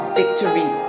victory